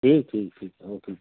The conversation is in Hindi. ठीक ठीक ठीक ओके मैडम